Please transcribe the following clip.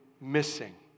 missing